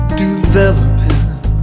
developing